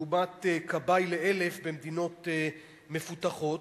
לעומת כבאי ל-1,000 במדינות מפותחות.